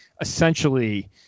essentially